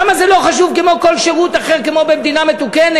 למה זה לא חשוב כמו כל שירות אחר כמו במדינה מתוקנת?